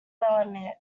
admit